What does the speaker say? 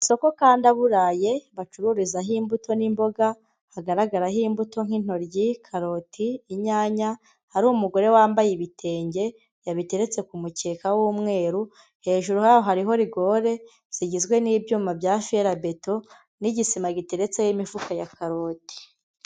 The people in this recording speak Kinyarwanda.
Agasoko ka ndaburaye, bacururizaho imbuto n'imboga, hagaragaraho imbuto nk'intoryi, karoti, inyanya, hari umugore wambaye ibitenge, yabiteretse ku mukeka w'umweru, hejuru hariho rigore zigizwe n'ibyuma bya ferabeto, n'igisima giteretseho imifuka ya karoti.